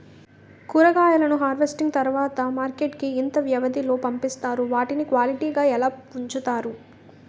కూరగాయలను హార్వెస్టింగ్ తర్వాత మార్కెట్ కి ఇంత వ్యవది లొ పంపిస్తారు? వాటిని క్వాలిటీ గా ఎలా వుంచుతారు?